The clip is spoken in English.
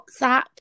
whatsapp